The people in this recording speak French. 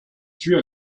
dues